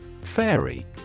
Fairy